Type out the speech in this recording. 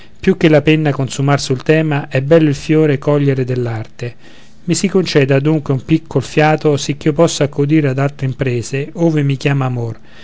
la penna consumar sul tema è bello il fiore cogliere dell arte i si conceda adunque un piccol fiato sì ch'io possa accudir ad altre imprese ove mi chiama amor